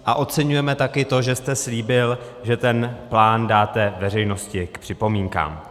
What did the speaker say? A oceňujeme taky to, že jste slíbil, že ten plán dáte veřejnosti k připomínkám.